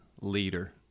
leader